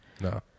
No